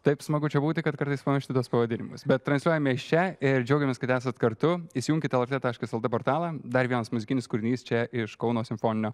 taip smagu čia būti kad kartais malas šitas pavadinimas bet transliuojame iš čia ir džiaugiamės kad esat kartu įsijunkit lrt taškaslt portalą dar vienas muzikinis kūrinys čia iš kauno simfoninio